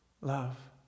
love